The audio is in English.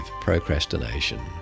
Procrastination